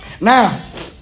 Now